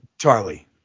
Charlie